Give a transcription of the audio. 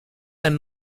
einen